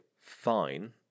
fine